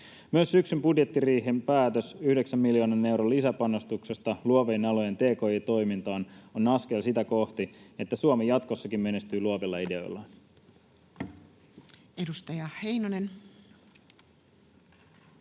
Myös syksyn budjettiriihen päätös yhdeksän miljoonan euron lisäpanostuksesta luovien alojen tki-toimintaan on askel sitä kohti, että Suomi jatkossakin menestyy luovilla ideoillaan. [Speech